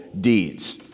deeds